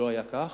לא היה כך.